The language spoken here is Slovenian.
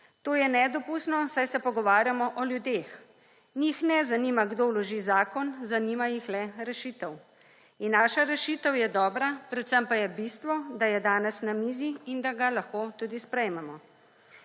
To je nedopustno, saj se pogovarjamo o ljudeh, njih ne zanima kdo vloži zakon, zanima jih le rešitev. In naša rešitev je dobra, predvsem pa je bistvo, da je danes na mizi in da ga lahko tudi sprejmemo.